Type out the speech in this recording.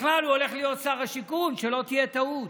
בכלל, הוא הולך להיות שר השיכון, שלא תהיה טעות.